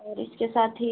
और इसके साथ ही यह